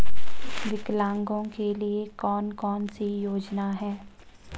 विकलांगों के लिए कौन कौनसी योजना है?